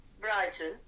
Brighton